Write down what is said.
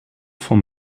van